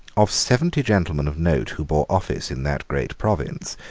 of seventy gentlemen of note who bore office in that great province,